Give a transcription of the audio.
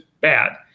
bad